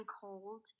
cold